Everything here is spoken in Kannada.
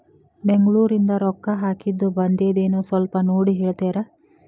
ಬೆಂಗ್ಳೂರಿಂದ ರೊಕ್ಕ ಹಾಕ್ಕಿದ್ದು ಬಂದದೇನೊ ಸ್ವಲ್ಪ ನೋಡಿ ಹೇಳ್ತೇರ?